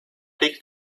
take